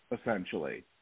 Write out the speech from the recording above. essentially